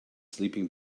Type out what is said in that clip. sleeping